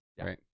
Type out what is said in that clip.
right